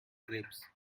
grapes